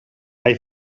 hai